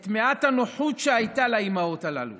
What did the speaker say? את מעט הנוחות שהייתה לאימהות הללו.